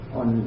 on